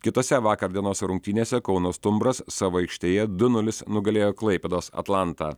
kitose vakar dienos rungtynėse kauno stumbras savo aikštėje du nulis nugalėjo klaipėdos atlantą